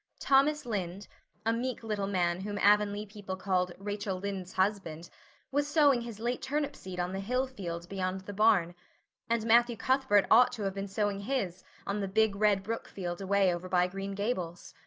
thomas lynde a meek little man whom avonlea people called rachel lynde's husband was sowing his late turnip seed on the hill field beyond the barn and matthew cuthbert ought to have been sowing his on the big red brook field away over by green gables.